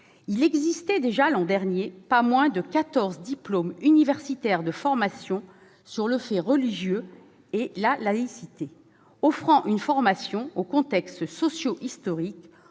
il existait déjà l'an dernier pas moins de quatorze diplômes universitaires de formation sur le fait religieux et la laïcité, offrant une formation au contexte sociohistorique,